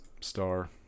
star